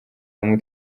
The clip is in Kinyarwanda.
hamwe